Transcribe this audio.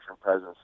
presence